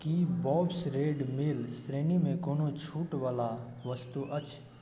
कि Bob's Red Mill श्रेणीमे कोनो छूटवला वस्तु अछि